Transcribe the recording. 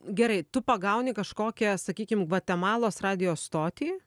gerai tu pagauni kažkokią sakykim gvatemalos radijo stotį